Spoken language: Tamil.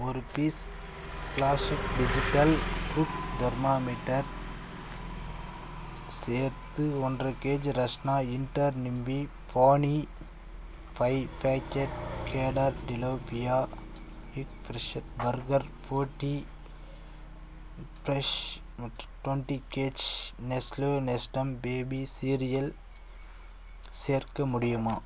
ஒரு piece classic digital food thermometer சேர்த்து ஒன்ற கேஜி ரஸ்னா இன்டர் நிம்வி ஃபானி ஃபை பேக்கெட் கேடார் டிலோஃபியா இப் ஃப்ரிஷ்ஷு பர்கர் ஃபோட்டி ஃப்ரெஷ் மற்றும் twenty KG Nestle Nestum baby cereal சேர்க்க முடியுமா